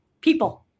people